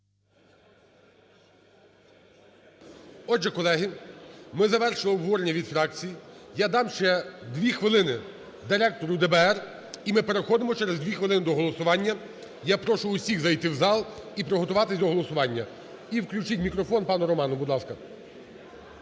Отже, колеги, ми завершили обговорення від фракцій. Я дам ще 2 хвилини директору ДБР. І ми переходимо через 2 хвилини до голосування. Я прошу усіх зайти в зал і приготуватись до голосування. І включіть мікрофон пану Роману, будь ласка.